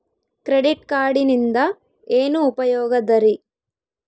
Credit ಕಾರ್ಡಿನಿಂದ ಏನು ಉಪಯೋಗದರಿ?